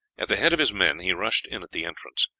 at the head of his men he rushed in at the entrance.